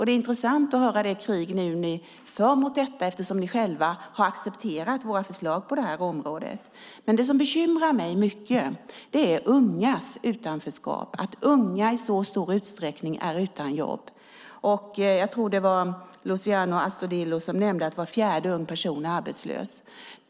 Det är intressant att höra det krig ni nu för mot detta, eftersom ni själva har accepterat våra förslag på det här området. Det som bekymrar mig mycket är ungas utanförskap, att unga i så stor utsträckning är utan jobb. Jag tror att det var Luciano Astudillo som nämnde att var fjärde ung person är arbetslös.